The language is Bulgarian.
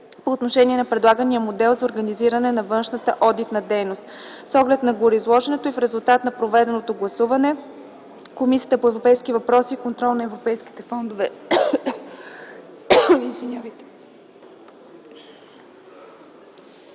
по отношение на предлагания модел за организиране на външната одитна дейност. С оглед на гореизложеното и в резултат на проведеното гласуване, Комисията по европейските въпроси и контрол на европейските фондове предлага